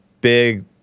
big